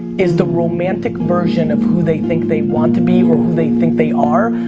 is the romantic version of who they think they want to be, or who they think they are,